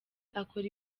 akora